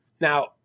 now